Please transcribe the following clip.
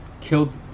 killed